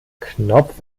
knopf